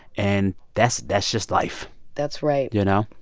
and that's that's just life that's right you know?